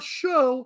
show